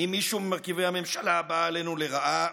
האם מישהו ממרכיבי הממשלה הבאה עלינו לרעה